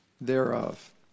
thereof